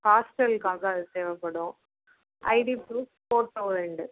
ஹாஸ்டலுக்காக அது தேவைப்படும் ID proof photo ரெண்டு